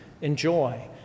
enjoy